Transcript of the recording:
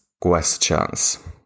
questions